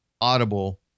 Audible